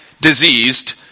diseased